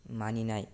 मानिनाय